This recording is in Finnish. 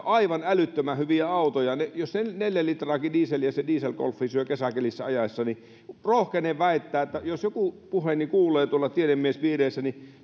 aivan älyttömän hyviä autoja jos neljän litraakin dieseliä se diesel golf syö kesäkelissä ajaessa niin rohkenen väittää jos joku puheeni kuulee tuolla tiedemiespiireissä niin